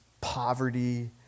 poverty